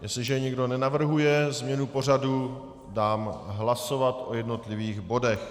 Jestliže nikdo nenavrhuje změnu pořadu, dám hlasovat o jednotlivých bodech.